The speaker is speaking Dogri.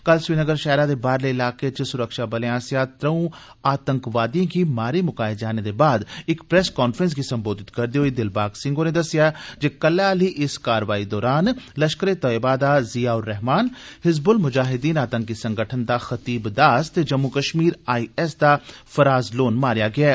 कल श्रीनगर शैहरा दे बाहरले इलाके च स्रक्षाबलें आसेया आतंकवादियें गी मारी म्काए जाने दे बाद इक प्रैस कांफ्रैंस गी सम्बोधित करदे होई दिलबाग सिंह होरें दस्सेया जे कल्लै आली इस कारवाई दौरान लश्करे तैयबा दा ज़िया उ रहमान हिजबुल मुजाहिद्दीन दा खतीब दास ते जम्मू कश्मीर आई एस दा फराज़ लोन मारेया गेया ऐ